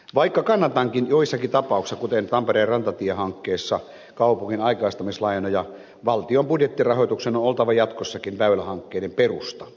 vaikka kannatankin joissakin tapauksissa kuten tampereen rantatie hankkeessa kaupungin aikaistamislainoja valtion budjettirahoituksen on oltava jatkossakin väylähankkeiden perusta